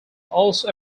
also